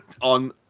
on